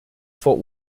fort